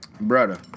brother